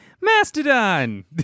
Mastodon